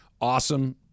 awesome